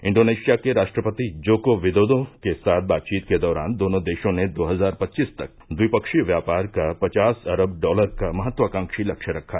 Indonesia के राष्ट्रपति Joko Widodo के साथ बातचीत के दौरान दोनों देशों ने दो हजार पच्चीस तक ट्विपक्षीय व्यापार का पचास अरब डॉलर का महत्वाकांक्षी लक्ष्य रखा